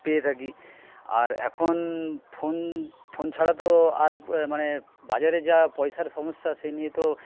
পেয়ে থাকি আর এখন ফোন ফোন ছাড়া তো আর মানে বাজারে যা পয়সার সমস্যা সে নিয়ে তো